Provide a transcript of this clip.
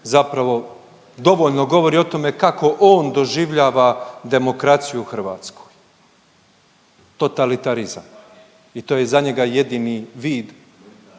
zapravo dovoljno govori o tome kako on doživljava demokraciju u Hrvatskoj. Totalitarizam. I to je za njega jedini vid upravljanja